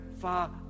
far